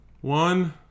one